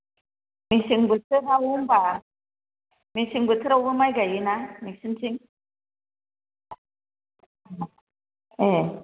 मेसें बोथोर हाबो होनबा मेसें बोथोरावबो माइ गायोना नोंसिनिथिं ए